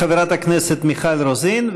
חברת הכנסת מיכל רוזין,